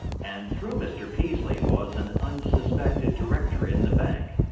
and through mr. peaslee was an unsuspected director in the bank,